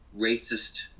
racist